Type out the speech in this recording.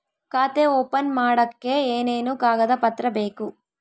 ಖಾತೆ ಓಪನ್ ಮಾಡಕ್ಕೆ ಏನೇನು ಕಾಗದ ಪತ್ರ ಬೇಕು?